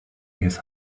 his